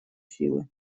силы